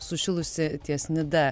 sušilusi ties nida